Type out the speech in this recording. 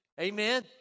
Amen